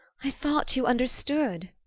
i thought you understood,